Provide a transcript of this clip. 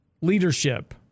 leadership